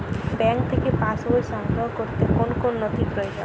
Bank থেকে pass বই সংগ্রহ করতে কোন কোন নথি প্রয়োজন?